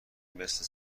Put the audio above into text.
مثل